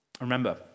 Remember